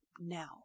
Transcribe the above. now